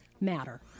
matter